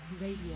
Radio